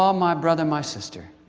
um my brother, my sister,